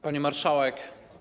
Pani Marszałek!